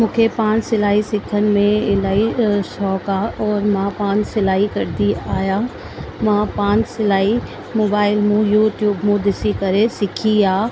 मूंखे पाणि सिलाई सिखण में इलाही शौक़ु आहे और मां पाणि सिलाई कंदी आहियां मां पाणि सिलाई मोबाइल मां यूट्यूब मां ॾिसी करे सिखी आहे